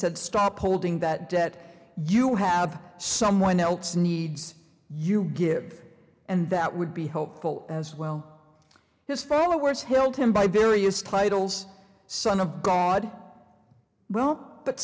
said stop holding that debt you have someone else needs you give and that would be helpful as well his followers held him by various titles son of god well but